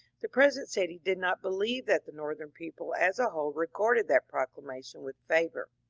the president said he did not believe that the northern people as a whole regarded that proclamation with favour.